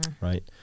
right